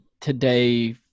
today